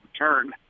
return